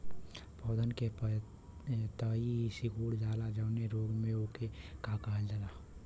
पौधन के पतयी सीकुड़ जाला जवने रोग में वोके का कहल जाला?